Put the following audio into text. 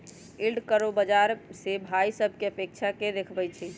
yield curve बाजार से भाइ सभकें अपेक्षा के देखबइ छइ